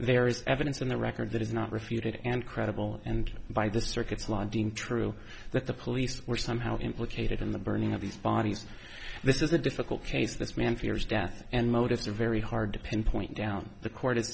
there is evidence in the records that is not refuted and credible and by the circuit flaunting true that the police were somehow implicated in the burning of these bodies this is a difficult case this man fears death and motives are very hard to pinpoint down the court